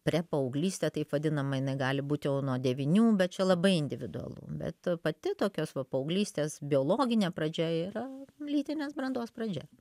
prepaauglystė taip vadinama jinai gali būt jau nuo devynių bet čia labai individualu bet pati tokios va paauglystės biologinė pradžia yra lytinės brandos pradžia